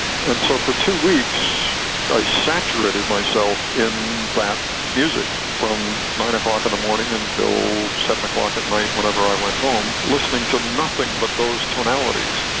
and so for two weeks i saturated myself in that music, from nine o'clock in the morning until seven o'clock at night, whenever i went home, listening to nothing but those tonalities.